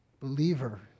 believer